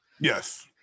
Yes